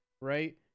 Right